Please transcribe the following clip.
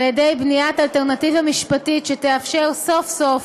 על-ידי בניית אלטרנטיבה משפטית שתאפשר סוף-סוף